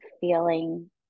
feeling